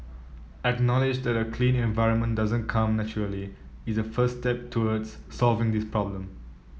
acknowledge that a clean environment doesn't come naturally is the first step towards solving this problem